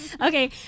Okay